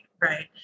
Right